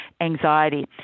anxiety